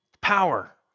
Power